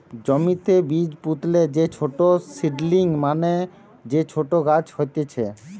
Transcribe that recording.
জমিতে বীজ পুতলে যে ছোট সীডলিং মানে যে ছোট গাছ হতিছে